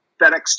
FedEx